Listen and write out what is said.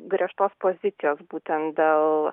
griežtos pozicijos būtent dėl